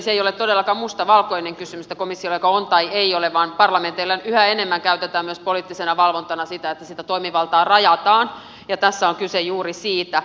se ei ole todellakaan mustavalkoinen kysymys niin että komissiolla joko on tai ei ole vaan parlamenteilla yhä enemmän käytetään myös poliittisena valvontana sitä että sitä toimivaltaa rajataan ja tässä on kyse juuri siitä